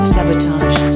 Sabotage